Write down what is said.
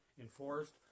enforced